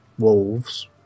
Wolves